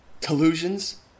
Delusions